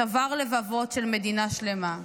שבר לבבות של מדינה שלמה.